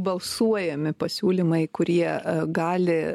balsuojami pasiūlymai kurie gali